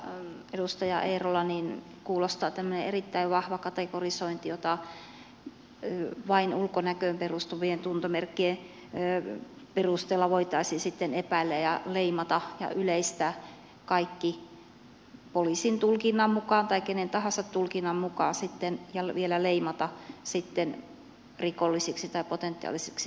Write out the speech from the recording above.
teidän puheessanne edustaja eerola kuulostaa tämmöinen erittäin vahva kategorisointi jossa vain ulkonäköön perustuvien tuntomerkkien perusteella voitaisiin epäillä ja leimata ja yleistää kaikki poliisin tulkinnan mukaan tai kenen tahansa tulkinnan mukaan ja vielä leimata sitten rikollisiksi tai potentiaalisiksi rikollisiksi